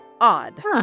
odd